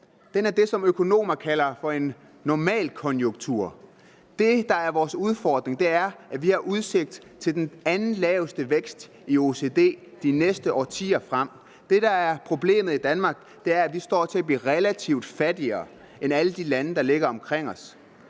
for det, som økonomer kalder for en normalkonjunktur. Det, der er vores udfordring, er, at vi har udsigt til den næstlaveste vækst i OECD de næste årtier frem. Det, der er problemet i Danmark, er, at vi står til at blive relativt fattigere end alle de lande, der ligger omkring os,